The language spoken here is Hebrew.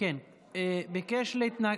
זה עולה להצבעה.